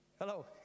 Hello